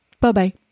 Bye-bye